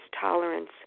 tolerance